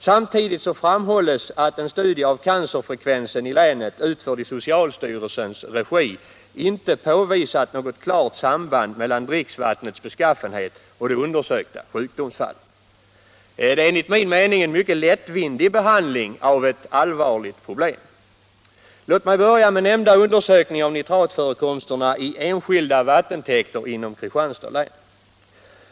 Samtidigt framhålls att en studie av cancerfrekvensen i länet, utförd i socialstyrelsens regi, inte påvisat något klart samband mellan dricksvattnets beskaffenhet och de undersökta sjukdomsfallen. Detta är enligt min mening en mycket lättvindig behandling av ett allvarligt problem. Låt mig börja med nämnda undersökning av nitratförekomsterna i enskilda vattentäkter inom Kristianstads län.